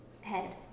head